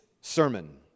sermon